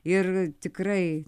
ir tikrai